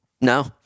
no